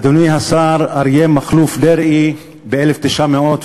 אדוני השר אריה מכלוף דרעי, ב-1904,